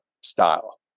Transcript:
style